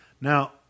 Now